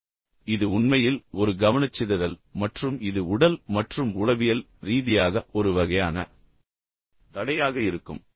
எனவே இது உண்மையில் ஒரு கவனச்சிதறல் மற்றும் இது உடல் மற்றும் உளவியல் ரீதியாக ஒரு வகையான தடையாக இருக்கும்